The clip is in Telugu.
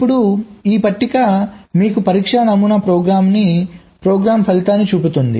ఇప్పుడు ఈ పట్టిక మీకు పరీక్ష నమూనా ప్రోగ్రామ్ ఫలితాన్ని చూపుతుంది